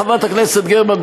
חברת הכנסת גרמן,